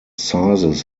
sizes